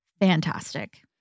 fantastic